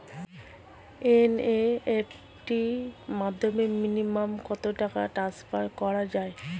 NEFT র মাধ্যমে minimum কত টাকা টান্সফার করা যায়?